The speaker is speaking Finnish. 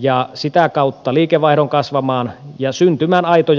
ja sitä kautta liikevaihdon kasvamaan ja syntymään aitoja investointitarpeita